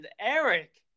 Eric